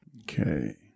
Okay